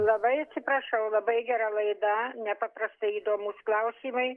labai atsiprašau labai gera laida nepaprastai įdomūs klausimai